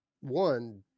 One